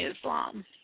Islam